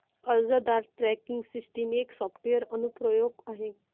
अर्जदार tracking system एक software अनुप्रयोग आहे